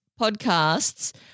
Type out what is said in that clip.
podcasts